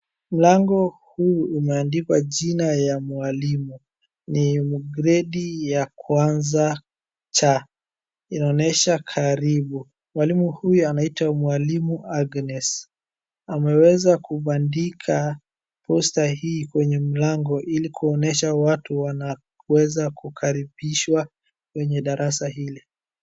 Mlango huu umeandikwa jina ya mwalimu. Ni gradi ya kwanza C inaonyesha karibu, mwalimu huyu anaitwa mwalimu Agnes ameweza kubandika posta hii kwenye mlango ili kuonyesha watu wanaweza kukaribishwa kwenye darasa hili.